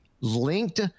linked